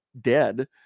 dead